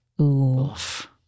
Oof